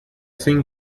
sin